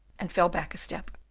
and fell back a step.